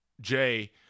Jay